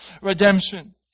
redemption